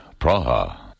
Praha. (